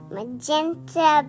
Magenta